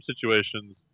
situations